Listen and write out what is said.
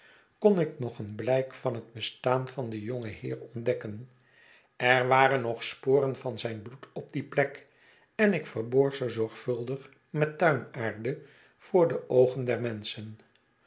kon ik nog een blijk van het bestaan van den jongen heer ontdekken er waren nog sporen van zijn bloed op die pleken ik verborg ze zorgvuldig met tuinaarde voor de oogen der menschen